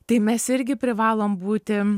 tai mes irgi privalom būti